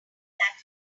that